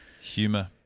Humor